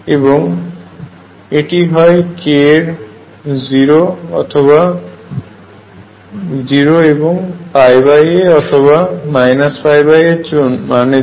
এবং এটি হয় k এর 0 এবং πa অথবা πa মানের জন্য